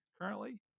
currently